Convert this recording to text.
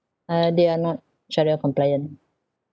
uh they are not shariah compliant